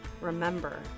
Remember